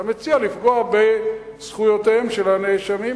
אתה מציע לפגוע בזכויותיהם של הנאשמים,